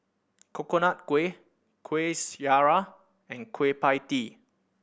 Coconut Kuih Kuih Syara and Kueh Pie Tee